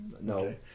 No